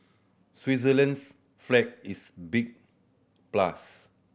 Switzerland's flag is big plus